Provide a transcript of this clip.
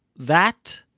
that,